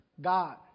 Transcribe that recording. God